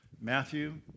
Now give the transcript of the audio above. Matthew